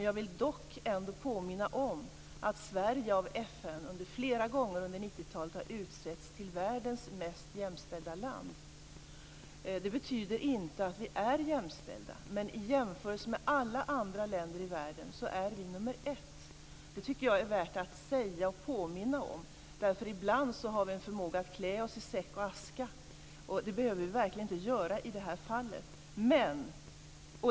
Jag vill dock påminna om att Sverige av FN flera gånger under 90-talet har utsetts till världens mest jämställda land. Det betyder inte att vi är jämställda, men i jämförelse med alla andra länder i världen är vi nummer ett. Det tycker jag är värt att säga och påminna om. Ibland har vi en förmåga att klä oss i säck och aska, och det behöver vi verkligen inte göra i det här fallet.